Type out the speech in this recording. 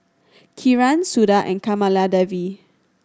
Kiran Suda and Kamaladevi